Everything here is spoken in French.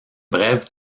brève